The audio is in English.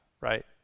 right